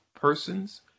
persons